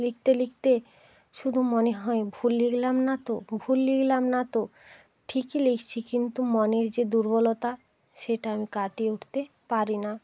লিখতে লিখতে শুধু মনে হয় ভুল লিখলাম না তো ভুল লিখলাম না তো ঠিকই লিখছি কিন্তু মনের যে দুর্বলতা সেটা আমি কাটিয়ে উঠতে পারি না